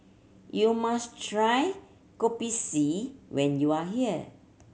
you must try Kopi C when you are here